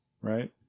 right